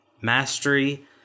mastery